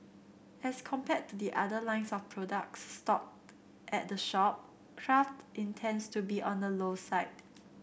as compared to the other lines of products stocked at the shop craft intends to be on the low side